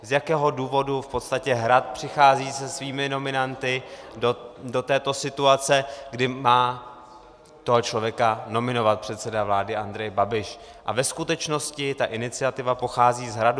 Z jakého důvodu v podstatě Hrad přichází se svými nominanty do této situace, kdy má toho člověka nominovat předseda vlády Andrej Babiš, a ve skutečnosti ta iniciativa pochází z Hradu.